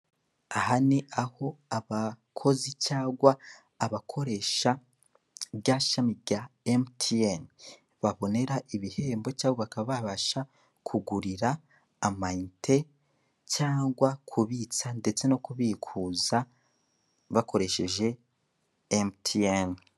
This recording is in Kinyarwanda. Aha ni aho abakozi cyangwa abakoresha rya shami rya emutiyene, babonera ibihembo cyangwa bakaba babasha kugurira amayinite cyangwa kubitsa ndetse no kubikuza bakoresheje emutiyene.